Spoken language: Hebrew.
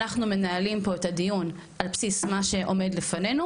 אנחנו מנהלים פה את הדיון על בסיס מה שעומד לפנינו,